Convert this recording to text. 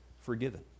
forgiven